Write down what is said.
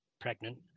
pregnant